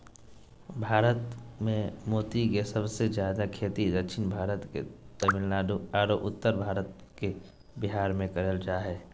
भारत मे मोती के सबसे जादे खेती दक्षिण भारत मे तमिलनाडु आरो उत्तर भारत के बिहार मे करल जा हय